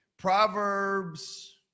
Proverbs